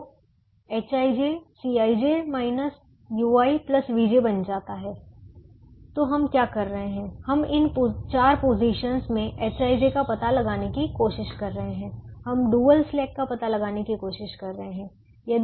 तो hij Cij ui vj बन जाएगा Refer Time 1633 तो हम क्या कर रहे हैं हम इन चार पोजीशंस में hij का पता लगाने की कोशिश कर रहे हैं हम डुअल स्लैक का पता लगाने की कोशिश कर रहे हैं